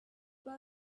boy